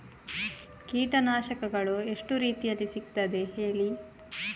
ಕೀಟನಾಶಕಗಳು ಎಷ್ಟು ರೀತಿಯಲ್ಲಿ ಸಿಗ್ತದ ಹೇಳಿ